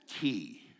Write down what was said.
key